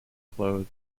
clothed